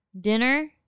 dinner